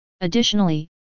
Additionally